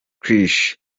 krish